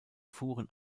fuhren